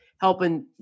helping